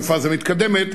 בפאזה מתקדמת,